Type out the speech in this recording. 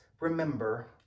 remember